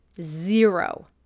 zero